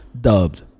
Dubbed